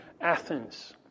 Athens